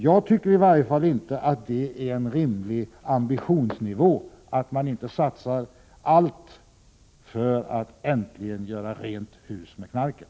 Jag tycker inte att man har en rimlig ambitionsnivå när man inte satsar allt för att äntligen ”göra rent hus med knarket”.